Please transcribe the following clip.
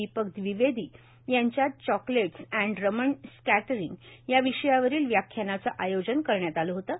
दीपक द्विवेदी यांच्या चॉलेट्स and Raman scattering या विषयावरील व्याख्यानाचं आयोजन करण्यात आलं होतं